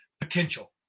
Potential